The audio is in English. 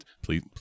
please